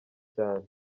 cyane